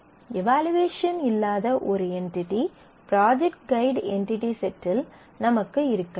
evaluation இல்லாத ஒரு entity project guide entity செட்டில் நமக்கு இருக்கலாம்